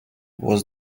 was